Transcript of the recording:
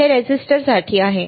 हे रेझिस्टरसाठी आहे